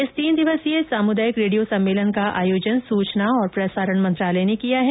इस तीन दिवसीय सामुदायिक रेडियो सम्मेलन का आयोजन सूचना और प्रसारण मंत्रालय ने किया है